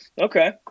Okay